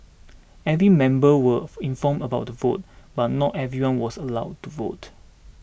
every member was informed about the vote but not everyone was allowed to vote